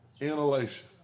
inhalation